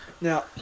Now